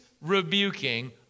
rebuking